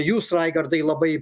jūs raigardai labai